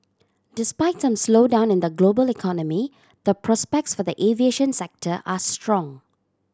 despite some slowdown in the global economy the prospects for the aviation sector are strong